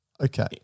Okay